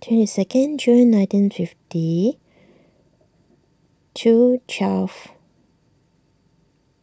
twenty second Jun nineteen fifty two twelve